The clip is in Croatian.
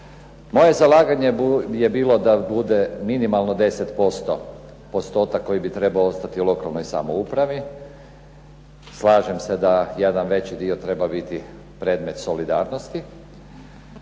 Moje zalaganje je bilo da bude minimalno 10% postotak koji bi trebao ostati u lokalnoj samoupravi. Slažem se da jedan veći dio treba biti predmet solidarnosti,